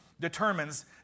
determines